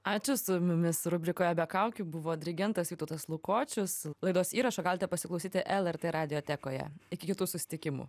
ačiū su mumis rubrikoje be kaukių buvo dirigentas vytautas lukočius laidos įrašą galite pasiklausyti lrt radiotekoje iki kitų susitikimų